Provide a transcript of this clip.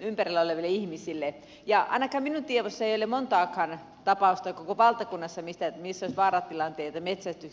ympärillä oleville ihmisille ja ainakaan minun tiedossani ei ole montaakaan tapausta koko valtakunnassa joissa olisi vaaratilanteita metsätyksessä tapahtunut